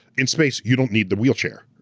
in space, you don't need the wheelchair.